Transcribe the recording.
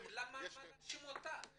שאוהבים --- אבל למה להאשים אותה?